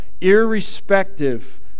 irrespective